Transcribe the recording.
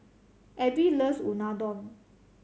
Abby loves Unadon